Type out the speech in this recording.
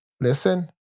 listen